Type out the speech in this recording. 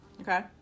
Okay